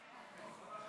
אורן